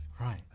Right